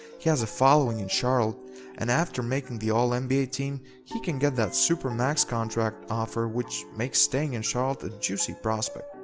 he has a following in charlotte and after making the all-nba team he can get that super max contract offer which makes staying in charlotte a juicy prospect.